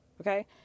Okay